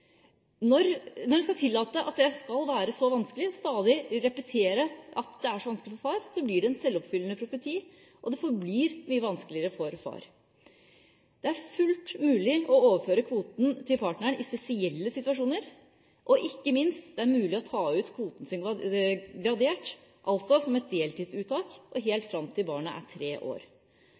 Når man skal tillate at dette er så vanskelig, og stadig repeterer at det er vanskelig for far, blir det en selvoppfyllende profeti, og det forblir vanskeligere for far. Det er fullt mulig å overføre kvoten til partneren i spesielle situasjoner, og ikke minst: Det er mulig å ta ut kvoten gradert, altså som et deltidsuttak, helt fram til barnet er tre år.